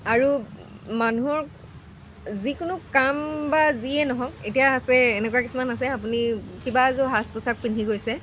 আৰু মানুহক যিকোনো কাম বা যিয়ে নহওক এতিয়া আছে এনেকুৱা কিছুমান আছে আপুনি কিবা এযোৰ সাজ পোছাক পিন্ধি গৈছে